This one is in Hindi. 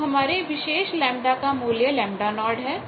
तो हमारे विशेष λ का मूल्य λ0 है